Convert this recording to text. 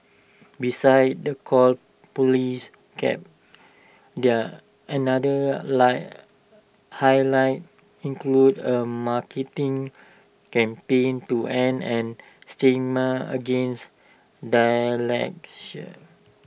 besides the call Police gap their another light highlights included A marketing campaign to end an stigma against